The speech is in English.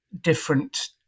different